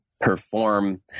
perform